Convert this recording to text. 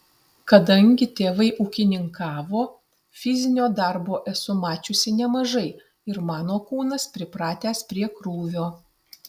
kadangi tėvai ūkininkavo fizinio darbo esu mačiusi nemažai ir mano kūnas pripratęs prie krūvio